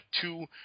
two